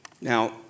Now